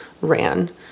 ran